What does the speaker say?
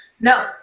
no